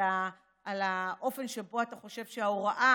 אתה דיברת על האופן שבו אתה חושב שההוראה